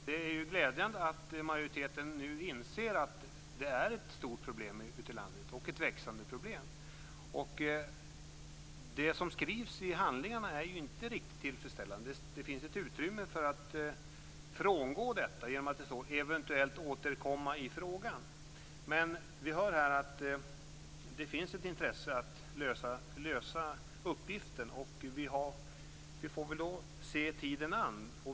Fru talman! Det är glädjande att majoriteten nu inser att det är ett stort problem ute i landet, och ett växande problem. Det som skrivs i handlingarna är inte riktigt tillfredsställande. Det finns ett utrymme för att frångå detta, genom att det står att man eventuellt skall återkomma i frågan. Men vi hör här att det finns ett intresse av att lösa uppgiften. Vi får då se tiden an.